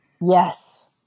Yes